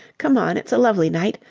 come on, it's a lovely night,